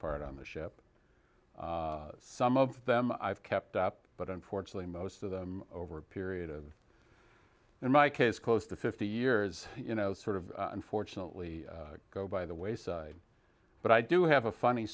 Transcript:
part on the ship some of them i've kept up but unfortunately most of them over a period of in my case close to fifty years you know sort of unfortunately go by the wayside but i do have a funny